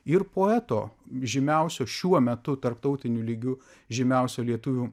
ir poeto žymiausio šiuo metu tarptautiniu lygiu žymiausio lietuvių